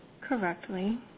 correctly